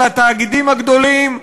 על התאגידים הגדולים,